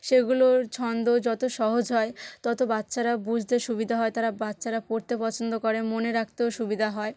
সেগুলোর ছন্দ যতো সহজ হয় তত বাচ্ছারা বুঝতে সুবিধা হয় তারা বাচ্চারা পড়তে পছন্দ করে মনে রাখতেও সুবিধা হয়